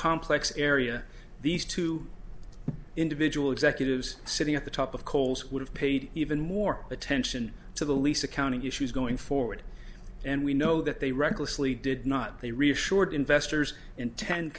complex area these two individual executives sitting at the two of coles would have paid even more attention to the lease accounting issues going forward and we know that they recklessly did not they reassured investors in ten